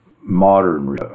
modern